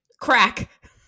crack